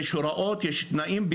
פתאום יש הוראות ותנאים,